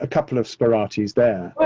ah couple of spare oddities there,